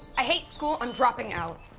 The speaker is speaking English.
i hate school. i'm dropping out.